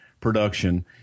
production